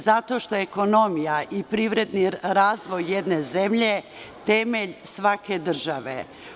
Zato što ekonomija i privredni razvoj jedne zemlje je temelj svake države.